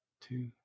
two